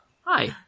Hi